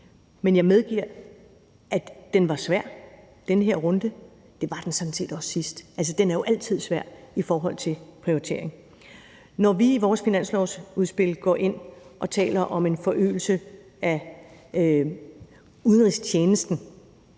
Men jeg medgiver, at den her runde var svær, og det var den sådan set også sidst. Den er jo altid svær i forhold til prioritering. Når vi i vores finanslovsudspil går ind og taler om en forøgelse af udenrigstjenesten,